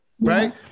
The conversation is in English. Right